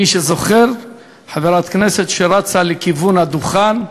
מי שזוכר, חברת כנסת שרצה לכיוון הדוכן,